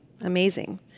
Amazing